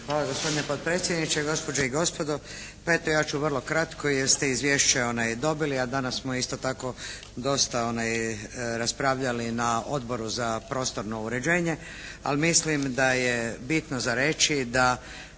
Hvala gospodine potpredsjedniče, gospođe i gospodo. Pa eto, ja ću vrlo kratko jer ste izvješća dobili, a danas smo isto tako dosta raspravljali na Odboru za prostorno uređenje. Ali mislim da je bitno za reći da